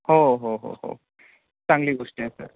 हो हो हो हो चांगली गोष्ट आहे सर